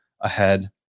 ahead